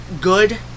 good